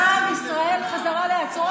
בא עם ישראל חזרה לארצו,